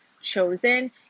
chosen